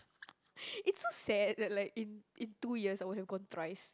it's so sad that like in in two years I would have gone thrice